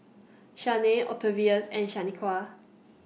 Shanae Octavius and Shaniqua